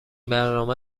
برنامه